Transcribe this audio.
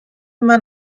man